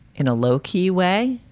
in a low key way,